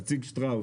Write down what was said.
נציג שטראוס.